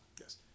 yes